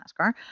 NASCAR